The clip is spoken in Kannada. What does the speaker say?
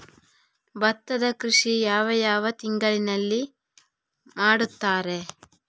ಭತ್ತದ ಕೃಷಿ ಯಾವ ಯಾವ ತಿಂಗಳಿನಲ್ಲಿ ಮಾಡುತ್ತಾರೆ?